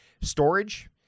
storage